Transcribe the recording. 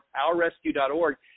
ourrescue.org